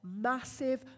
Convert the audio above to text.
massive